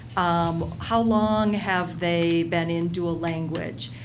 um how long have they been in dual language?